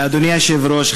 אדוני היושב-ראש,